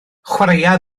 chwaraea